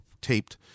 taped